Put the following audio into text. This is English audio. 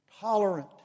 tolerant